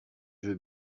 jeu